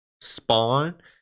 spawn